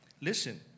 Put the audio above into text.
Listen